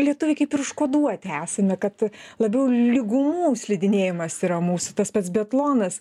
lietuviai kaip ir užkoduoti esame kad labiau lygumų slidinėjimas yra mūsų tas pats biatlonas